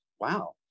wow